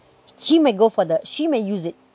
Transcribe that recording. she may go for the she may use it